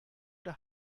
oder